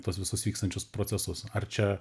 tuos visus vykstančius procesus ar čia